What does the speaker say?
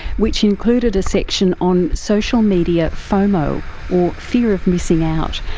which included a section on social media fomo, or fear of missing out.